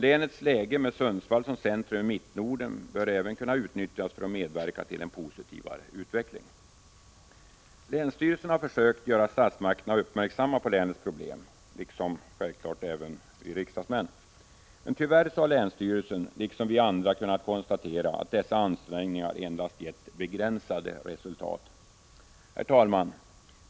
Länets läge, med Sundsvall som centrum i Mittnorden, bör även kunna utnyttjas för att medverka till en positivare utveckling. Länsstyrelsen har, liksom självfallet vi riksdagsmän, försökt göra statsmakterna uppmärksamma på länets problem. Men tyvärr har länsstyrelsen — liksom vi andra — kunnat konstatera att dessa ansträngningar endast gett begränsade resultat. Herr talman!